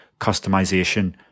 customization